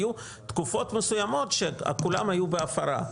היו תקופות מסוימות שכולם היו בהפרה,